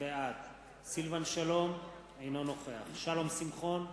בעד סילבן שלום, אינו נוכח שלום שמחון,